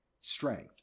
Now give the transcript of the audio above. strength